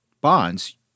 bonds